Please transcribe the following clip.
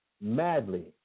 madly